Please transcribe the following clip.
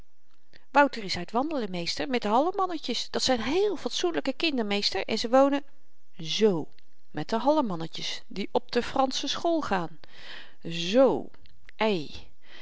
wouter is uit wandelen meester met de hallemannetjes dat zyn heel fatsoenlyke kinderen meester en ze wonen zoo met de hallemannetjes die op de fransche school gaan zoo ei